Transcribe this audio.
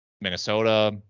Minnesota